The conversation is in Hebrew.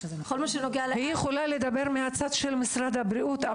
היא יכולה לדבר מהצד של משרד הבריאות.